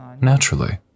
Naturally